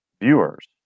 viewers